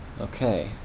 okay